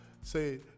say